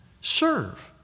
Serve